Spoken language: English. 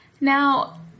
Now